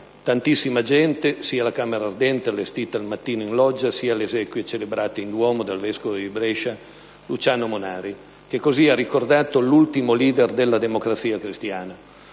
tantissima gente sia alla camera ardente allestita al mattino in Loggia, sia alle esequie celebrate in duomo dal vescovo di Brescia, Luciano Monari, che così ha ricordato l'ultimo *leader* della Democrazia Cristiana: